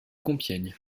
compiègne